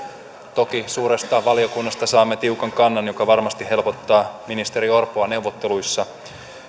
toki suuresta valiokunnasta saamme tiukan kannan mikä varmasti helpottaa ministeri orpoa neuvotteluissa